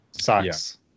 Sucks